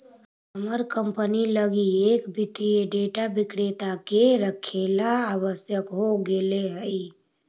हमर कंपनी लगी एक वित्तीय डेटा विक्रेता के रखेला आवश्यक हो गेले हइ